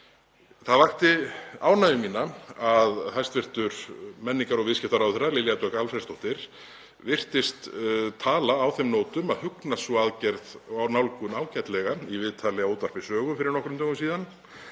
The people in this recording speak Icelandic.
Það vakti ánægju mína að hæstv. menningar- og viðskiptaráðherra Lilja Dögg Alfreðsdóttir virtist tala á þeim nótum að henni hugnaðist sú aðgerð og nálgun ágætlega í viðtali á Útvarpi Sögu fyrir nokkrum dögum síðan